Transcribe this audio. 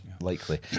likely